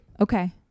okay